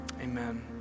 Amen